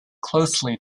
closely